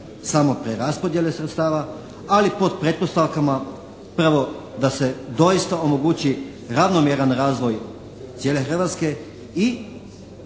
samo preraspodjele sredstava ali pod pretpostavkama upravo da se doista omogući ravnomjeran razvoj cijele Hrvatske i